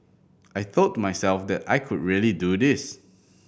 I told myself that I could really do this